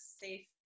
safe